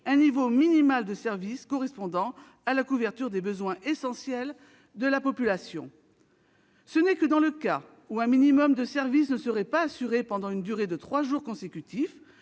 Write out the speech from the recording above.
un niveau minimal de service correspondant à la couverture des besoins essentiels de la population. Ce n'est que dans le cas où un minimum de service ne serait pas assuré pendant une durée de trois jours consécutifs